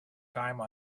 time